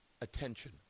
Attention